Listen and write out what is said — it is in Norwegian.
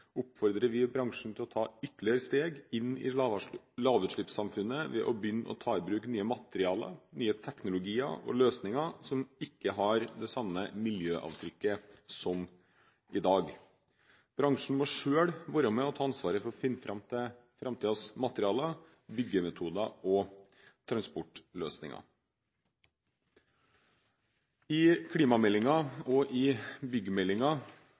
oppfordrer vi bransjen til å ta ytterligere steg inn i lavutslippssamfunnet ved å begynne å ta i bruk nye materialer, nye teknologier og løsninger som ikke har det samme miljøavtrykket som i dag. Bransjen må selv være med og ta ansvaret for å finne fram til framtidens materialer, byggemetoder og transportløsninger. I klimameldingen og i